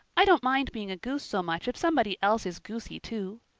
i don't mind being a goose so much if somebody else is goosey, too.